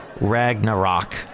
Ragnarok